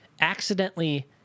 accidentally